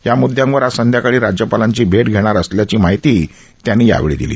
या मृद्दांवर आज संध्याकाळी राज्यपालांची भेट धेणार असल्याची माहितीही त्यांनी यावेळी दिली